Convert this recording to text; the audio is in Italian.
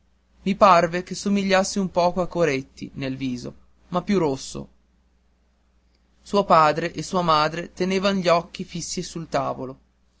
i parve che somigliasse un poco a coretti nel viso ma più rosso suo padre e sua madre tenevan gli occhi fissi sul tavolo